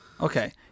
okay